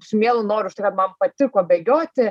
su mielu noru už tai kad man patiko bėgioti